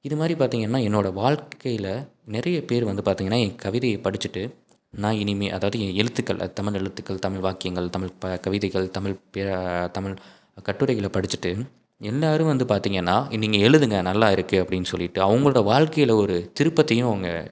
இது மாதிரி பார்த்திங்கனா என்னோட வாழ்க்கையில நிறைய பேர் வந்து பார்த்திங்கனா ஏன் கவிதையை படிச்சிவிட்டு நான் இனிமே அதாவது ஏன் எழுத்துக்கள் தமிழ் எழுத்துக்கள் தமிழ் வாக்கியங்கள் தமிழ் ப கவிதைகள் தமிழ் பே தமிழ் கட்டுரைககளை படிச்சிவிட்டு எல்லாரும் வந்து பார்த்திங்கனா நீங்கள் எழுதுங்க நல்லா இருக்கு அப்படின்னு சொல்லிவிட்டு அவங்களோட வாழ்க்கையில ஒரு திருப்பத்தையும் அவங்க